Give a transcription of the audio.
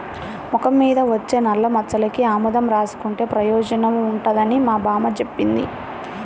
మొఖం మీద వచ్చే నల్లమచ్చలకి ఆముదం రాసుకుంటే పెయోజనం ఉంటదని మా బామ్మ జెప్పింది